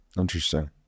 Interesting